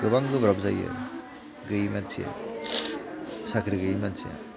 गोबां गोब्राब जायो गैयि मानसिया साख्रि गैयि मानसिया